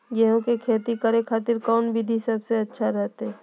गेहूं के खेती करे खातिर कौन विधि सबसे अच्छा रहतय?